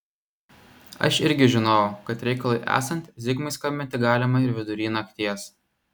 aš irgi žinojau kad reikalui esant zigmui skambinti galima ir vidury nakties